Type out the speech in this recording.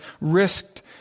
risked